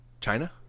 China